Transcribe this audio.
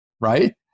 right